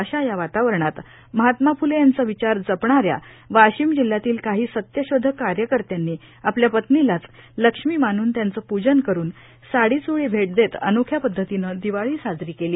अशा या वातावरणात महात्मा फ्ले यांचा विचार जपणाऱ्या वाशिम जिल्ह्यातील काही सत्यशोधक कार्यकर्त्यांनी आपल्या पत्नीलाच लक्ष्मी मानून त्यांचे पूजन करून साडीचोळी भेट देत अनोख्या पध्दतीने दिवाळी साजरी केली